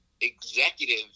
executive